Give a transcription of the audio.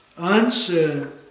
answer